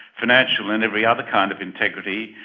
financial and every other kind of integrity,